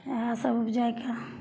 इएहसब उपजैके